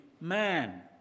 man